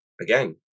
again